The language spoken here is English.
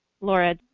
Laura